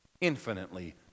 infinitely